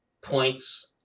points